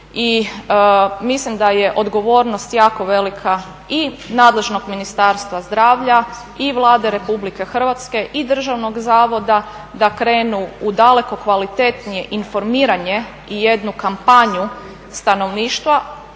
i mislim da je odgovornost jako velika i nadležnog Ministarstva zdravlja i Vlade Republike Hrvatske i državnog zavoda da krenu u daleko kvalitetnije informiranje i jednu kampanju stanovništva